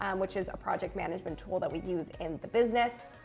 um which is a project management tool that we use in the business.